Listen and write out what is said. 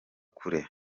kure